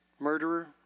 murderer